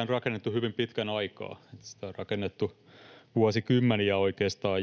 on rakennettu hyvin pitkän aikaa, sitä on rakennettu oikeastaan